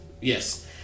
Yes